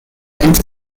inter